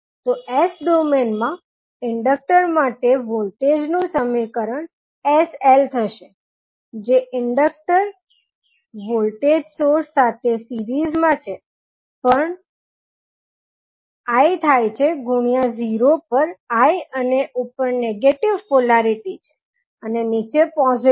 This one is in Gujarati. તો S ડોમેઇન માં ઇન્ડકટર માટે વોલ્ટેજ નું સમીકરણ sL થશે જે ઇન્ડકટર વોલ્ટેજ સોર્સ સાથે સિરીઝ માં છે જે l પર l થાય છે ગુણ્યા 0 પર I છે અને ઉપર નેગેટીવ પોલારીટી છે અને નીચે પોઝીટીવ